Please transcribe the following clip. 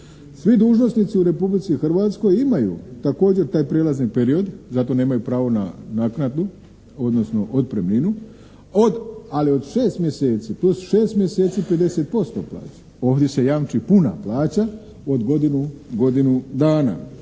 Svi dužnosnici u Republici Hrvatskoj imaju također taj prijelazni period, zato nemaju pravo na naknadu, odnosno otpremninu od, ali od 6 mjeseci plus 6 mjeseci 50% plaće. Ovdje se jamči puna plaća od godinu dana.